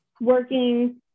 working